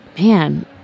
man